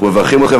אנחנו מברכים אתכם,